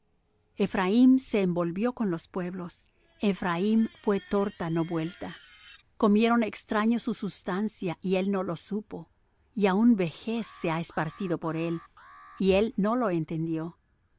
ephraim se envolvió con los pueblos ephraim fué torta no vuelta comieron extraños su sustancia y él no lo supo y aun vejez se ha esparcido por él y él no lo entendió